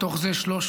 מתוך זה 345,